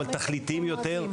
אבל תכליתיים יותר,